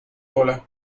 cola